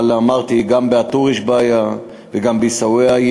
אבל אמרתי, גם בא-טור יש בעיה, וגם בעיסאוויה.